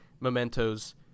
mementos